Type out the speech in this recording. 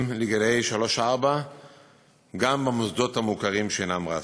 לגילאי שלוש ארבע גם במוסדות המוכרים שאינם רשמיים.